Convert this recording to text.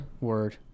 word